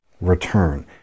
return